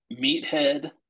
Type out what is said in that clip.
Meathead